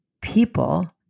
people